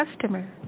customer